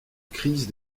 crise